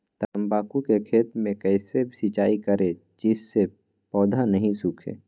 तम्बाकू के खेत मे कैसे सिंचाई करें जिस से पौधा नहीं सूखे?